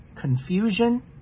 confusion